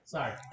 Sorry